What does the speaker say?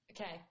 Okay